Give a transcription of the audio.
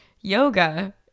yoga